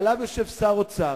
מעליו יושב שר האוצר.